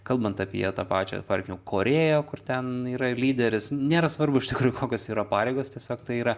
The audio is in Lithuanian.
kalbant apie tą pačią tarkim korėją kur ten yra lyderis nėra svarbu iš tikrųjų kokios yra pareigos tiesiog tai yra